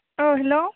औ हेलौ